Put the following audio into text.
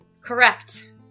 Correct